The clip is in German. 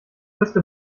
wüsste